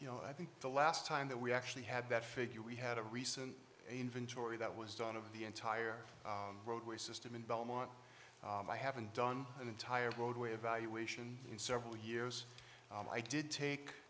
you know i think the last time that we actually had that figure we had a recent inventory that was done of the entire roadway system in belmont i haven't done an entire roadway evaluation in several years i did take